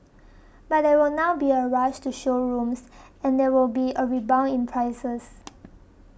but there will now be a rush to showrooms and there will be a rebound in prices